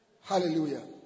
Hallelujah